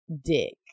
dick